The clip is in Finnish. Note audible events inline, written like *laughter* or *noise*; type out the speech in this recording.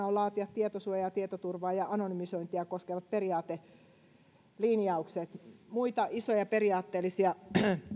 *unintelligible* on laatia tietosuojaa tietoturvaa ja anonymisointia koskevat periaatelinjaukset muita isoja periaatteellisia